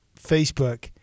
Facebook